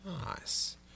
Nice